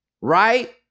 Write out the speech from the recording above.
Right